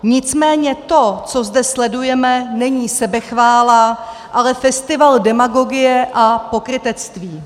Nicméně to, co zde sledujeme, není sebechvála, ale festival demagogie a pokrytectví.